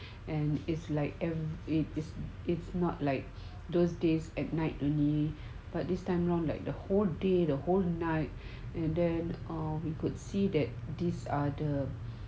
and it's like it is it's not like those days at night only but this time round like the whole day the whole night and then or I could see that these are the